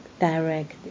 direct